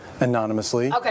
anonymously